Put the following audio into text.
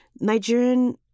Nigerian